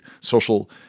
social